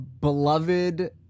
beloved